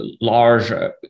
large